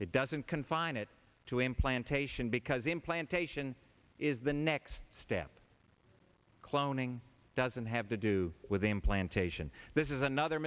it doesn't confine it to implantation because implantation is the next step cloning doesn't have to do with implantation this is another